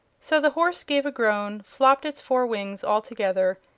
so the horse gave a groan, flopped its four wings all together,